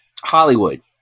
Hollywood